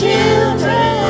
children